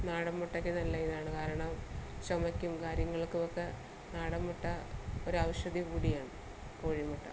നാടൻ മുട്ടയ്ക്ക് നല്ല ഇതാണ് കാരണം ചുമയ്ക്കും കാര്യങ്ങൾക്കുമൊക്കെ നാടൻ മുട്ട ഒരു ഔഷധി കൂടിയാണ് കോഴി മുട്ട